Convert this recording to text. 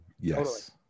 Yes